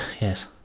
yes